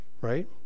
Right